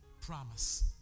promise